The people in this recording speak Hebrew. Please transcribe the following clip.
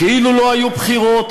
כאילו לא היו בחירות,